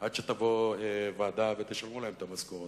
עד שתבוא ועדה, ותשלמו להם את המשכורות.